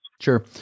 Sure